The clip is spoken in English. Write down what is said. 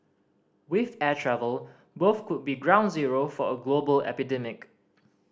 with air travel both could be ground zero for a global epidemic